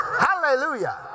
hallelujah